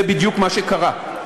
זה בדיוק מה שקרה.